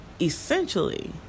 essentially